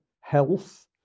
health